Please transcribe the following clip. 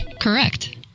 Correct